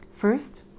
First